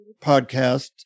podcast